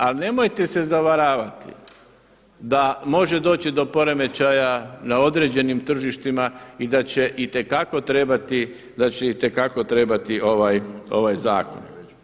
Ali nemojte se zavaravati da može doći do poremećaja na određenim tržištima i da će itekako trebati, da će itekako trebati ovaj zakon.